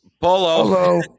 polo